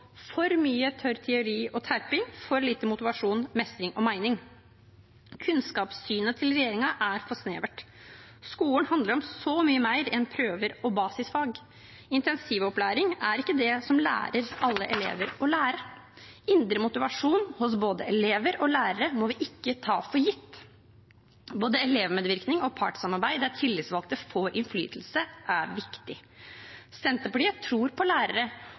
for mye tørr teori og terping, for lite motivasjon, mestring og mening. Kunnskapssynet til regjeringen er for snevert. Skolen handler om så mye mer enn prøver og basisfag. Intensivopplæring er ikke det som lærer alle elever å lære. Indre motivasjon hos både elever og lærere må vi ikke ta for gitt. Både elevmedvirkning og partssamarbeid der tillitsvalgte får innflytelse, er viktig. Senterpartiet tror på lærere